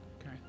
Okay